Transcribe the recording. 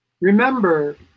Remember